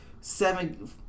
seven